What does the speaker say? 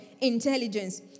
intelligence